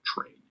trade